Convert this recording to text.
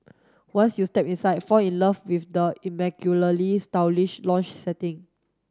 once you step inside fall in love with the stylish lounge setting